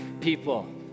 people